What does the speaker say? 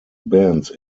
bands